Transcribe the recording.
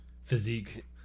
physique